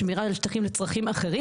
שמירה על שטחים לצרכים אחרים.